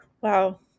Wow